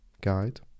guide